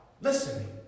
Listening